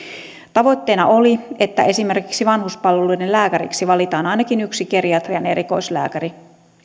tavoitteena oli että esimerkiksi vanhuspalveluiden lääkäriksi valitaan ainakin yksi geriatrian erikoislääkäri